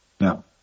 Now